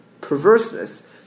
perverseness